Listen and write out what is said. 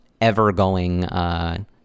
ever-going